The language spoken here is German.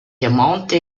ermahnte